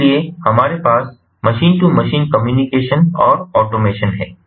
इसलिए हमारे पास मशीन टू मशीन कम्युनिकेशन और ऑटोमेशन है